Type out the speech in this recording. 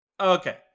Okay